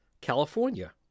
california